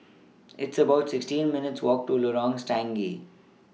It's about sixteen minutes' Walk to Lorong Stangee